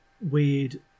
weird